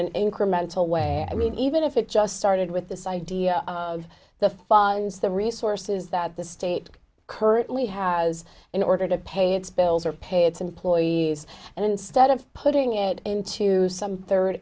an incremental way i mean even if it just started with this idea of the funds the resources that the state currently has in order to pay its bills or pay its employees and instead of putting it into some third